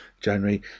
January